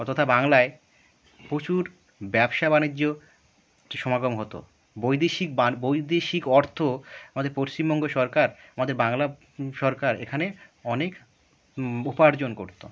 ও তথা বাংলায় প্রচুর ব্যবসা বাণিজ্য সমাগম হতো বৈদেশিক বাণ বৈদেশিক অর্থ আমাদের পশ্চিমবঙ্গ সরকার আমাদের বাংলা সরকার এখানে অনেক উপার্জন করতো